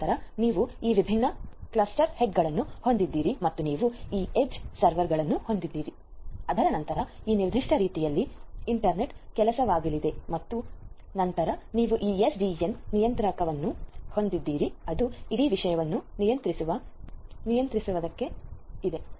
ತದನಂತರ ನೀವು ಈ ವಿಭಿನ್ನ ಕ್ಲಸ್ಟರ್ ಹೆಡ್ಗಳನ್ನು ಹೊಂದಿದ್ದೀರಿ ಮತ್ತು ನೀವು ಈ ಎಡ್ಜ್ ಸರ್ವರ್ಗಳನ್ನು ಹೊಂದಿದ್ದೀರಿ ಅದರ ನಂತರ ಈ ನಿರ್ದಿಷ್ಟ ರೀತಿಯಲ್ಲಿ ಇಂಟರ್ನೆಟ್ ಕೆಲಸವಾಗಲಿದೆ ಮತ್ತು ನಂತರ ನೀವು ಈ ಎಸ್ಡಿಎನ್ ನಿಯಂತ್ರಕವನ್ನು ಹೊಂದಿದ್ದೀರಿ ಅದು ಇಡೀ ವಿಷಯವನ್ನು ನಿಯಂತ್ರಿಸುವ ಸಲುವಾಗಿ ಇದೆ